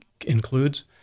includes